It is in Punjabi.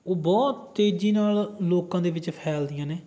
ਉਹ ਬਹੁਤ ਤੇਜੀ ਨਾਲ ਲੋਕਾਂ ਦੇ ਵਿੱਚ ਫੈਲਦੀਆਂ ਨੇ